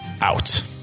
out